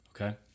Okay